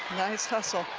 nice hustle